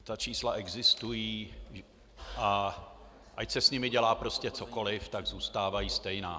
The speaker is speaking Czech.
Ta čísla existují, a ať se s nimi dělá prostě cokoliv, tak zůstávají stejná.